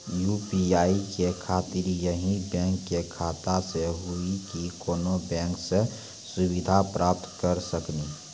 UPI के खातिर यही बैंक के खाता से हुई की कोनो बैंक से सुविधा प्राप्त करऽ सकनी?